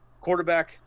quarterback